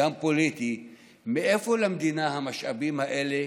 גם פוליטי, מאיפה למדינה המשאבים האלה